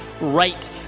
right